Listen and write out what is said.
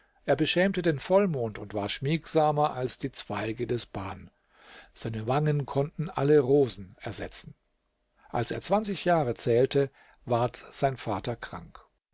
er beschämte den vollmond und war schmiegsamer als die zweige des ban ein baum mit dessen schmiegsamen zweigen sich leicht bewegende jünglinge und mädchen oft verglichen werden seine wangen konnten alle rosen ersetzen als er zwanzig jahre zählte ward sein vater krank